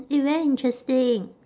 eh very interesting